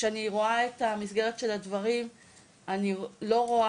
כשאני רואה את המסגרת של הדברים אני לא רואה